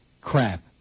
crap